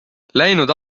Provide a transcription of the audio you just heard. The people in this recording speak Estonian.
läinud